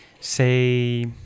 say